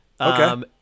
okay